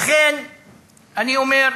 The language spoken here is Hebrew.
לכן אני אומר: